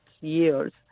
years